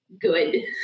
good